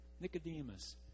Nicodemus